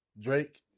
Drake